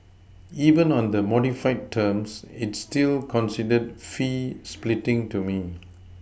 even on the modified terms it's still considered fee splitting to me